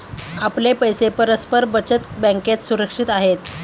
आपले पैसे परस्पर बचत बँकेत सुरक्षित आहेत